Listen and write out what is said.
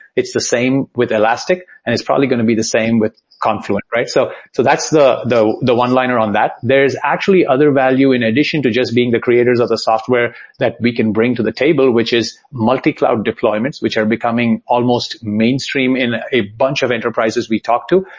it's the same with elastic and it's probably going to be the same with confluent. so so that's the the one-liner on that. there is actually other value in addition to just being the creators of the software that we can bring to the table, which is multi-cloud deployments, which are becoming almost mainstream in a bunch of enterprises we talk to,